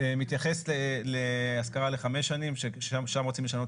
מתייחס להשכרה לחמש שנים, ושם רוצים לשנות